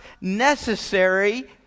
necessary